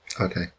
Okay